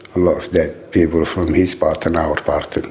a lot of dead people from his part and our part.